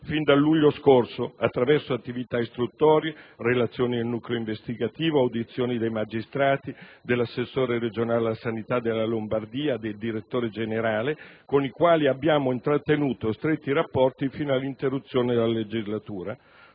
XV legislatura, attraverso attività istruttorie, relazioni del nucleo investigativo, audizioni dei magistrati, dell'assessore regionale alla sanità della Lombardia e del direttore generale, con i quali abbiamo intrattenuto stretti rapporti fino all'interruzione della legislatura.